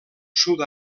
sud